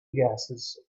gases